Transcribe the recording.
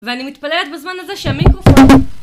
ואני מתפלאת בזמן הזה שהמיקרופון...